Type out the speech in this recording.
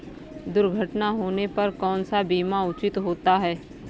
दुर्घटना होने पर कौन सा बीमा उचित होता है?